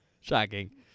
Shocking